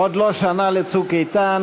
עוד לא שנה ל"צוק איתן",